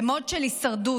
ב-mode של הישרדות.